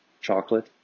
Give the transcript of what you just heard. chocolate